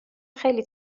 خیلی